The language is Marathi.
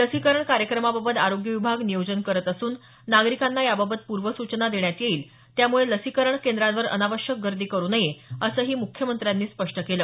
लसीकरण कार्यक्रमाबाबत आरोग्य विभाग नियोजन करत असून नागरिकांना याबाबत पूर्वसूचना देण्यात येईल त्यामुळे लसीकरण केंद्रांवर अनावश्यक गर्दी करू नये असंही मुख्यमंत्र्यांनी स्पष्ट केलं